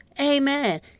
Amen